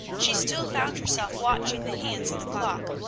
she still found herself watching the hands of the clock.